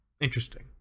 Interesting